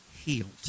healed